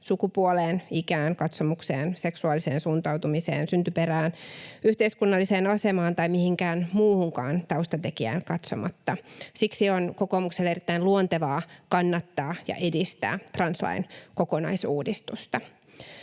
sukupuoleen, ikään, katsomukseen, seksuaaliseen suuntautumiseen, syntyperään, yhteiskunnalliseen asemaan tai mihinkään muuhunkaan taustatekijään katsomatta. Siksi on kokoomukselle erittäin luontevaa kannattaa ja edistää translain kokonaisuudistusta.